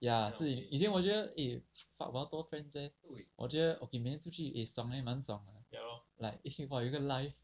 ya 自己以前我觉得 eh fuck 我要多 friends leh 我觉得 okay 每天出去 eh 爽 leh 蛮爽的 like eh 我有一个 life